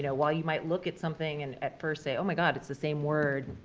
yeah while you might look at something and, at first say, oh my god, it's the same word,